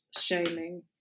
shaming